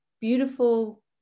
beautiful